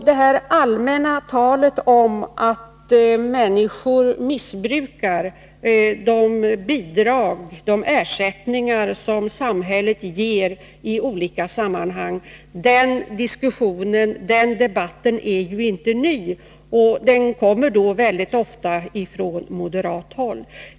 Det allmänna talet om att människor missbrukar de bidrag och de ersättningar som samhället ger i olika sammanhang är ju inte något nytt. Det kommer väldigt ofta från moderat håll.